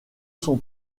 son